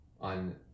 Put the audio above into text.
on